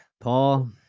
Paul